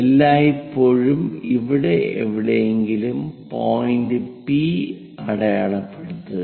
എല്ലായ്പ്പോഴും ഇവിടെ എവിടെയെങ്കിലും പോയിന്റ് P അടയാളപ്പെടുത്തുക